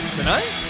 tonight